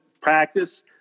practice